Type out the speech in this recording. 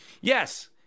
yes